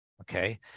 okay